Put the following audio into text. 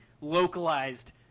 localized